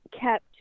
kept